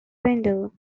window